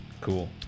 Cool